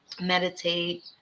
Meditate